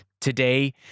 today